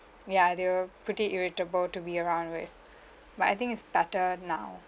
ya they were pretty irritable to be around with but I think it's better now